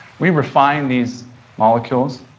we refine these molecules.